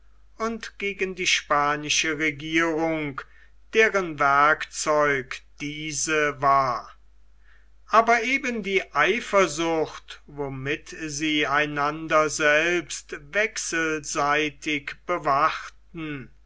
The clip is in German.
und gegen die spanische regierung deren werkzeug diese war aber eben die eifersucht womit sie einander selbst wechselseitig bewachten